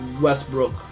Westbrook